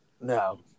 No